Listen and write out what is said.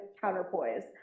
counterpoise